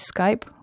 Skype